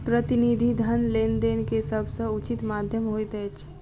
प्रतिनिधि धन लेन देन के सभ सॅ उचित माध्यम होइत अछि